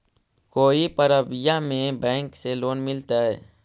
कोई परबिया में बैंक से लोन मिलतय?